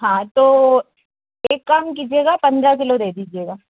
हाँ तो एक काम कीजिएगा पन्द्रह किलो दे दीजिएगा